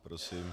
Prosím.